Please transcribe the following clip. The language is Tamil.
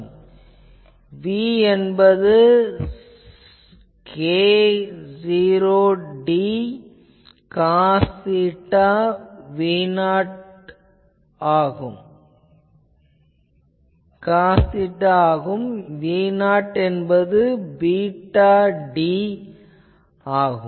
மேலும் v என்பது k0d காஸ் தீட்டா v0 என்பது பீட்டா d ஆகும்